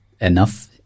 enough